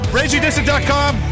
RagingDistant.com